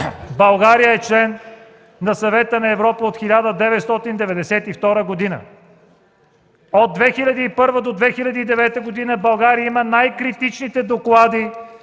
България е член на Съвета на Европа от 1992 г. От 2001 до 2009 г. България има най-критичните доклади